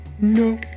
No